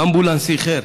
האמבולנס איחר.